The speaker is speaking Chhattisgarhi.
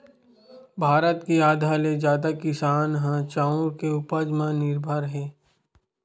भारत के आधा ले जादा किसान ह चाँउर के उपज म निरभर हे